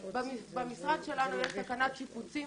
במשרד שלנו יש תקנת שיפוצים